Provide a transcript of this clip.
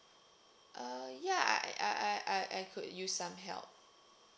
uh ya I I I I I could use some help